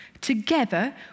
together